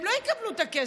הן לא יקבלו את הכסף.